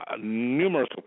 numerous